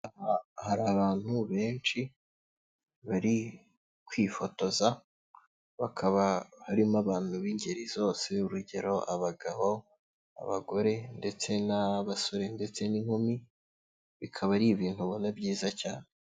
Aha hari abantu benshi, bari kwifotoza, bakaba barimo abantu b'ingeri zose urugero abagabo, abagore ndetse n'abasore ndetse n'inkumi, bikaba ari ibintu ubona byiza cyane.